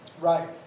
Right